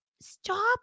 Stop